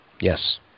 Yes